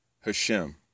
Hashem